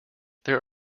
there